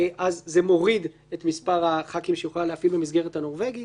זה מוריד את מספר הח"כים שהיא יכולה להפעיל במסגרת הנורבגי.